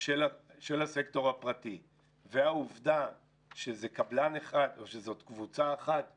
של הסקטור הפרטי והעובדה שזאת קבוצה אחת שתזכה,